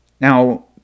Now